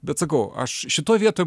bet sakau aš šitoj vietoj